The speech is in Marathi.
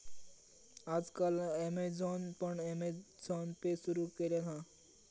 आज काल ॲमेझॉनान पण अँमेझॉन पे सुरु केल्यान हा